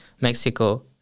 Mexico